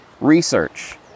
research